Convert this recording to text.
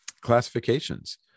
classifications